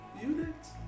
units